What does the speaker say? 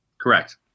Correct